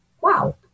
wow